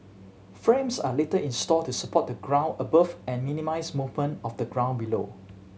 frames are later installed to support the ground above and minimise movement of the ground below